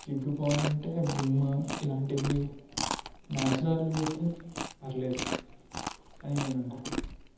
జిడ్డు పోవాలంటే విమ్ ఇలాంటివి నేచరల్వైతే అయితే పర్వాలేదు అని నేను అనుకుంటున్నాను